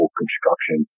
construction